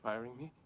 firing me?